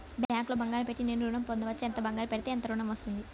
బ్యాంక్లో బంగారం పెట్టి నేను ఋణం పొందవచ్చా? ఎంత బంగారం పెడితే ఎంత ఋణం వస్తుంది?